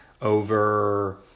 over